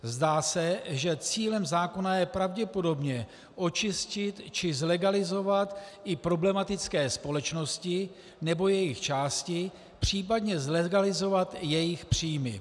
Zdá se, že cílem zákona je pravděpodobně očistit či zlegalizovat i problematické společnosti nebo jejich části, případně zlegalizovat jejich příjmy.